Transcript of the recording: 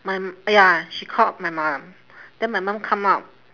my m~ ya she called my mum then my mum come out